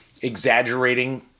exaggerating